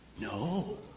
No